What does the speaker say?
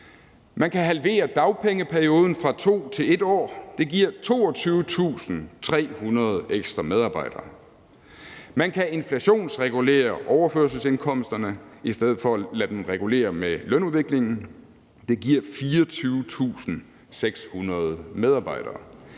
Man kan halvere dagpengeperioden fra 2 til 1 år, og det giver 22.300 ekstra medarbejdere. Man kan inflationsregulere overførselsindkomsterne i stedet for at lade dem regulere med lønudviklingen; det giver 24.600 medarbejdere.